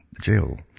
jail